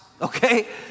okay